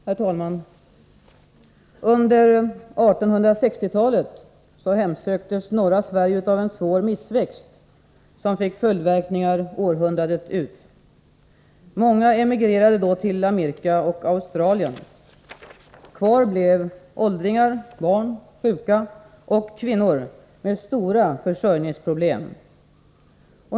Herr talman! Under 1860-talet hemsöktes norra Sverige av en svår missväxt, som fick följdverkningar århundradet ut. Många emigrerade då till Amerika och Australien. Kvar blev åldringar, barn, sjuka och kvinnor — med stora försörjningsproblem.